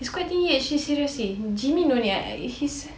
he's quite tinggi actually seriously ji min only ah